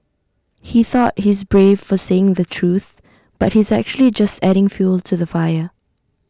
he thought he's brave for saying the truth but he's actually just adding fuel to the fire